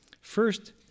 First